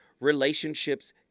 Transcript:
relationships